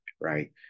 right